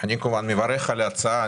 אני כמובן מברך על ההצעה.